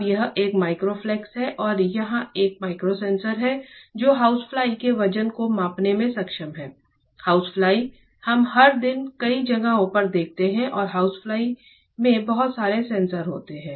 अब यह एक माइक्रो फ्लफ है यह एक माइक्रो सेंसर है जो हाउसफ्लाई के वजन को मापने में सक्षम है हाउसफ्लाई हम हर दिन कई जगहों पर देखते हैं और हाउसफ्लाई में बहुत सारे सेंसर होते हैं